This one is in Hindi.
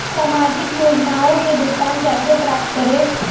सामाजिक योजनाओं से भुगतान कैसे प्राप्त करें?